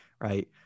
Right